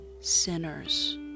sinners